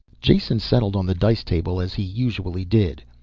jason settled on the dice table as he usually did.